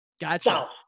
Gotcha